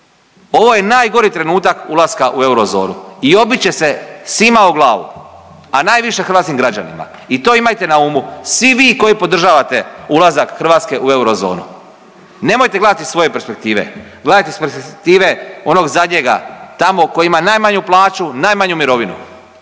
Ovo je najgori trenutak ulaska u eurozonu i obit će se svima o glavu, a najviše hrvatskim građanima i to imajte na umu. Svi vi koji podržavate ulazak Hrvatske u eurozonu nemojte gledati iz svoje perspektive, gledajte iz perspektive onog zadnjega tamo koji ima najmanju plaću, najmanju mirovinu